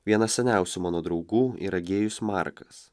vienas seniausių mano draugų yra gėjus markas